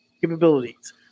capabilities